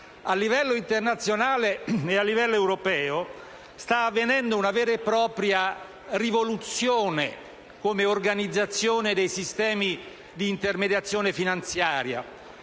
A livello internazionale ed europeo sta avvenendo una vera e propria rivoluzione sul fronte dell'organizzazione dei sistemi di intermediazione finanziaria.